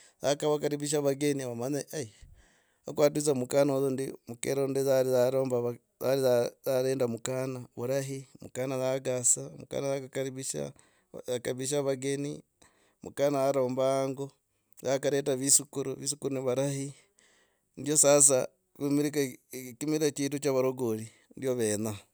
Akawakaribisha vageni omanye eeei, wakwaduza mukana oyo ndi. mukerre ndi mukana murahi mukana yagasa. mukana wakaribisha. Wakaribisha vageni mukana waromba hangoi akareta vitsu. vitsukhulu avalahi. ndio sasa kimila chetu cha varagori ndi venya.